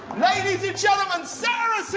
ladies and gentlemen, sarah's